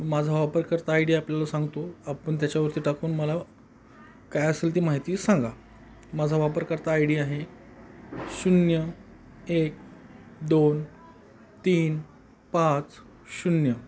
माझा वापरकर्ता I D आपल्याला सांगतो आपण त्याच्यावरती टाकून मला काय असेल ती माहिती सांगा माझा वापरकर्ता आय डी आहे शून्य एक दोन तीन पाच शून्य